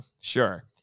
sure